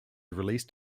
released